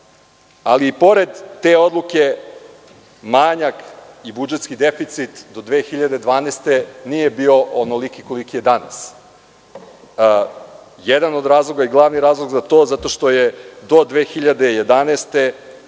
i pored te odluke, manjak i budžetski deficit do 2012. godine nije bio onoliki koliki je danas. Jedan od razloga i glavni razlog za to jeste zato što do 2011.